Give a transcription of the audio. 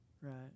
right